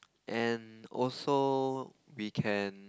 and also we can